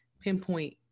pinpoint